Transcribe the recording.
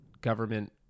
government